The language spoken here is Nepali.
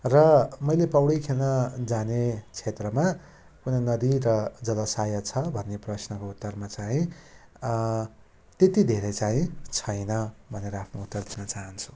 र मैले पौडी खेल्न जाने क्षेत्रमा कुनै नदी र जलासाय छ भन्ने प्रश्नको उत्तरमा चाहिँ त्यति धेरै चाहिँ छैन भनेर आफ्नो उत्तर दिन चाहन्छु